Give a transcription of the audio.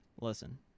listen